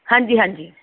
ਹਾਂਜੀ ਹਾਂਜੀ